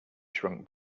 shrunk